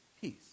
peace